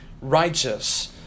righteous